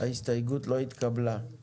הצבעה ההסתייגות לא התקבלה ההסתייגות לא התקבלה.